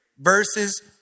verses